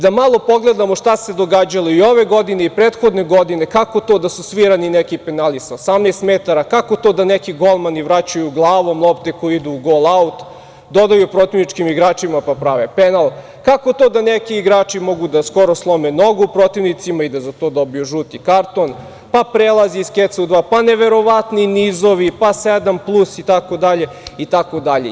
Da malo pogledamo šta se događalo i ove i prošle godine, kako to da su svirani neki penali sa 18 metara, kako to da neki golmani vraćaju glavom lopte koje idu u golaut, dodaju protivničkim igračima, pa prave penal, kako to da neki igrači mogu da skoro slome nogu protivnicima, i da za to dobiju žuti karton, pa prelaz iz keca u dva, pa, neverovatni nizovi, pa sedam plus, itd, itd.